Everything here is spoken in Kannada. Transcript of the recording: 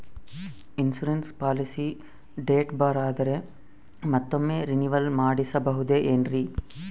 ಇನ್ಸೂರೆನ್ಸ್ ಪಾಲಿಸಿ ಡೇಟ್ ಬಾರ್ ಆದರೆ ಮತ್ತೊಮ್ಮೆ ರಿನಿವಲ್ ಮಾಡಿಸಬಹುದೇ ಏನ್ರಿ?